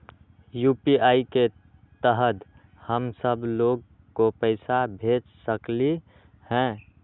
UPI के तहद हम सब लोग को पैसा भेज सकली ह?